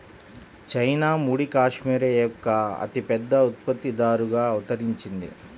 China ముడి cashmere యొక్క అతిపెద్ద ఉత్పత్తిదారుగా అవతరించింది